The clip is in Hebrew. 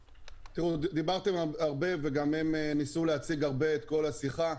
דיברתם הרבה וגם הם ניסו להציג הרבה בשיחה.